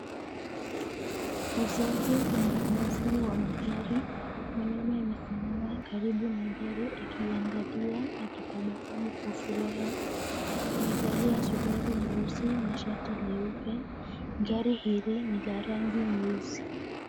Uuzaji na ununuzi wa magari. Mwanaume amesimama karibu na gari akiiangalia, akitabasamu kwa furaha. Amevalia suruali nyeusi na shati leupe. Gari hili ni la rangi nyeusi.